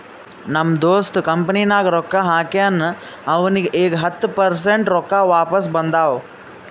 ನಮ್ ದೋಸ್ತ್ ಕಂಪನಿನಾಗ್ ರೊಕ್ಕಾ ಹಾಕ್ಯಾನ್ ಅವ್ನಿಗ ಈಗ್ ಹತ್ತ ಪರ್ಸೆಂಟ್ ರೊಕ್ಕಾ ವಾಪಿಸ್ ಬಂದಾವ್